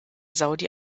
saudi